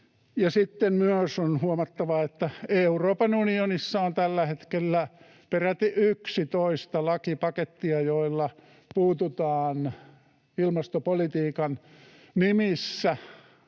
Sitten on myös huomattava, että Euroopan unionissa on tällä hetkellä peräti 11 lakipakettia, joilla puututaan ilmastopolitiikan nimissä